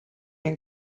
and